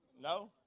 No